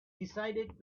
decided